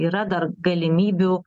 yra dar galimybių